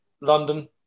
London